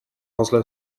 oslo